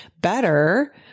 better